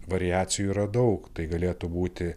variacijų yra daug tai galėtų būti